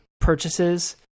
purchases